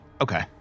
Okay